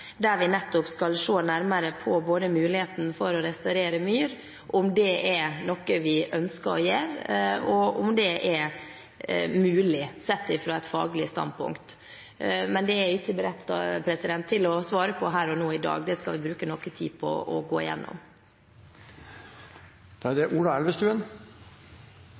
der vi nettopp skal se nærmere på muligheten for å restaurere myr – om det er noe vi ønsker å gjøre, og om det er mulig sett fra et faglig standpunkt. Men det er jeg ikke beredt til å svare på her og nå i dag. Det skal vi bruke noe tid på å gå igjennom.